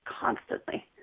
constantly